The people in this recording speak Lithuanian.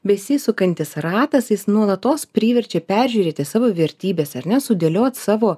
besisukantis ratas jis nuolatos priverčia peržiūrėti savo vertybes ar ne sudėliot savo